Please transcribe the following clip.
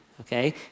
okay